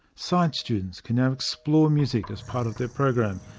science students can now explore music as part of their program,